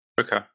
Okay